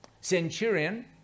centurion